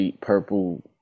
purple